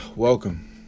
Welcome